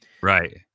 Right